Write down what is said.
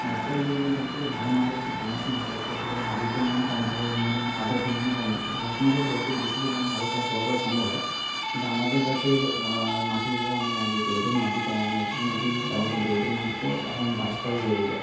গাছপালা বৃদ্ধির জন্য সবথেকে ভালো মাটি হচ্ছে দোঁয়াশ মাটি অর্থাৎ সেখানে বালির পরিমাণও কম থাকে এবং কাদার পরিমাণও কম থাকে দোঁয়াশ মাটিতে সবথেকে বেশি পরিমাণে ভালো চাষ করা করা সম্ভব হয় কিন্তু আমাদের কাছের মাটি হিসাবে আমরা এঁটেল মাটি তাই আমরা এঁটেল মাটি ব্যবহার করে থাকি এঁটেল মাটিতেও এখন গাছ প্রায় হয়েই যায়